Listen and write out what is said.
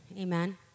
amen